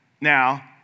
Now